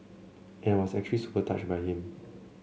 and I was actually super touched by him